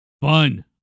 Fun